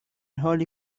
حالی